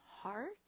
heart